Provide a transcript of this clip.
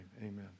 amen